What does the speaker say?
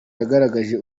yagaragaje